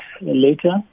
later